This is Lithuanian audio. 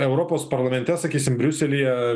europos parlamente sakysim briuselyje